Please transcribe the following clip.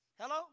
hello